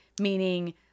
Meaning